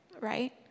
right